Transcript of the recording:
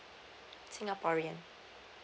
singaporean